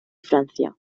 francia